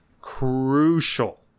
crucial